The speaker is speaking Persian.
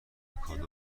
کادو